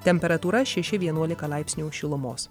temperatūra šeši vienuolika laipsnių šilumos